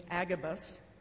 Agabus